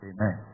Amen